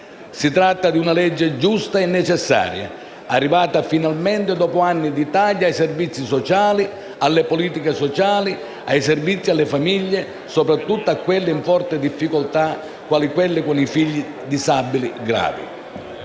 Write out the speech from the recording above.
Si tratta di una legge giusta e necessaria, arrivata finalmente dopo anni di tagli ai servizi sociali, alle politiche sociali, ai servizi alle famiglie, soprattutto a quelle in forte difficoltà, quali quelle con figli disabili gravi.